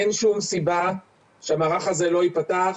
אין שום סיבה שהמערך הזה לא ייפתח.